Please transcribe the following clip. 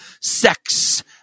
sex